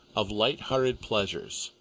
of light-hearted pleasures,